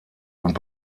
und